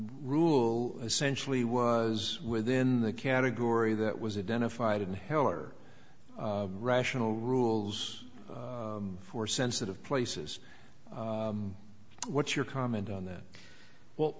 rule essentially was within the category that was a den a fight in hell or rational rules for sensitive places what's your comment on that well